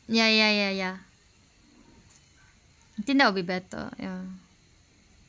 ya ya ya ya I think that will be better ya